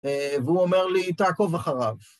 ‫והוא אומר לי, תעקוב אחריו.